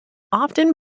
often